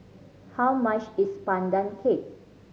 how much is Pandan Cake